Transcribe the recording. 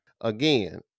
Again